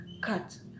cut